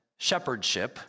shepherdship